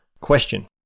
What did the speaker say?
question